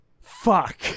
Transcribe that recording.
fuck